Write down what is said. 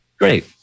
Great